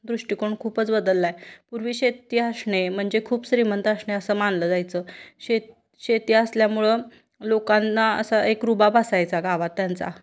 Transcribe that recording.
दृष्टिकोन खूपच बदलला आहे पूर्वी शेती असणे म्हणजे खूप श्रीमंत असणे असं मानलं जायचं शे शेती असल्यामुळं लोकांना असा एक रूबाब असायचा गावात त्यांचा